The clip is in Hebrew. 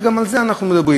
וגם על זה אנחנו מדברים,